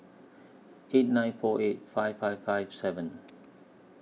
eight nine four eight five five five seven